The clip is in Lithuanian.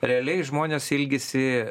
realiai žmonės ilgisi